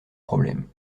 problème